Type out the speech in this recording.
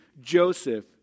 Joseph